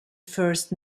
first